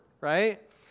right